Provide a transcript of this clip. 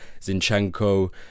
Zinchenko